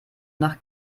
nach